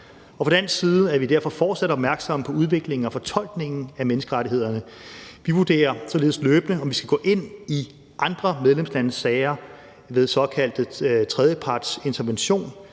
Og fra dansk side er vi derfor fortsat opmærksomme på udviklingen og fortolkningen af menneskerettighederne. Vi vurderer således løbende, om vi skal gå ind i andre medlemslandes sager ved såkaldt tredjepartsinterventioner.